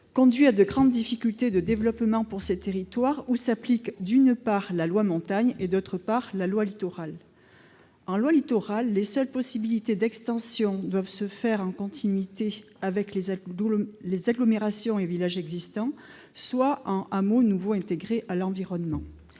-conduit à de grandes difficultés de développement pour ces territoires relevant à la fois de la loi Montagne et de la loi Littoral. Aux termes de la loi Littoral, les seules possibilités d'extension doivent se faire soit en continuité avec les agglomérations et villages existants, soit en hameaux nouveaux intégrés à l'environnement.